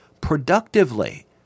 productively